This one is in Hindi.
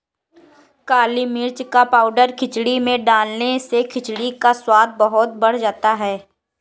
काली मिर्च का पाउडर खिचड़ी में डालने से खिचड़ी का स्वाद बहुत बढ़ जाता है